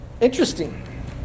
interesting